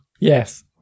Yes